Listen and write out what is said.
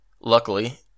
Luckily